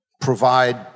provide